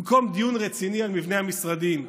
במקום דיון רציני על מבנה המשרדים,